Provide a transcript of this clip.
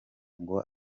ngo